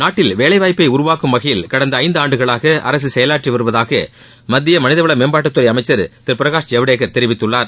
நாட்டில் வேலை வாய்ப்பை உருவாக்கும் வகையில் கடந்த ஐந்தாண்டுகளாக அரசு செயலாற்றி வருவதாக மத்திய மனிதவள மேம்பாட்டுத்துறை அமைச்சர் திரு பிரகாஷ் ஜவடேக்கர் தெரிவித்துள்ளார்